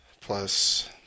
plus